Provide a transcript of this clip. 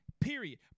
Period